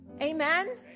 amen